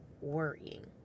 worrying